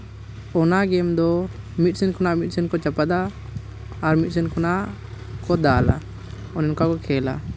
ᱚᱱᱟ ᱜᱮᱹᱢ ᱫᱚ ᱢᱤᱫ ᱥᱮᱫ ᱠᱷᱚᱱ ᱢᱤᱫ ᱥᱮᱫ ᱠᱚ ᱪᱟᱯᱟᱫᱟ ᱟᱨ ᱢᱤᱫ ᱥᱮᱱ ᱠᱷᱚᱱᱟᱜ ᱠᱚ ᱫᱟᱞᱟ ᱚᱱᱠᱟ ᱠᱚ ᱠᱷᱮᱹᱞᱟ